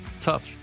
Tough